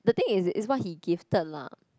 the thing is is what he gifted lah